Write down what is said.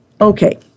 Okay